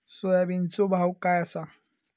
सोयाबीनचो भाव काय आसा?